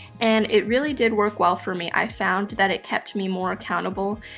and it really did work well for me. i found that it kept me more accountable,